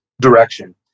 direction